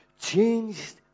Changed